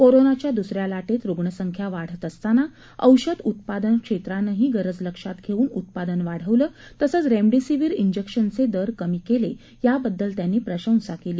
कोरोनाच्या द्दसऱ्या लाटेत रुग्णसंख्या वाढत असताना औषध उत्पादन क्षेत्रानंही गरज लक्षात घेऊन उत्पादन वाढवलं तसंच रेमडेसिवीर इंजक्शनचे दर कमी केले याबद्दल त्यांनी प्रशंसा केली